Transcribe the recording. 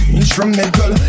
instrumental